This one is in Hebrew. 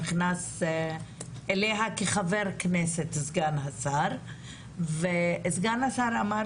נכנס אליה כחבר כנסת, וסגן השר אמר